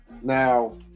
now